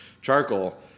Charcoal